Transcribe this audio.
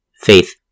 faith